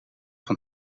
van